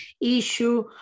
issue